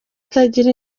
itagira